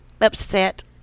upset